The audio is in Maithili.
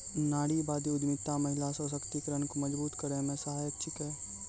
नारीवादी उद्यमिता महिला सशक्तिकरण को मजबूत करै मे सहायक छिकै